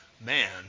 man